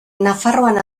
nafarroan